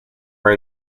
are